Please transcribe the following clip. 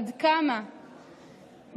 עד כמה,